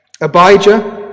Abijah